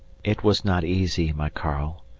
it was not easy, my karl,